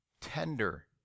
tender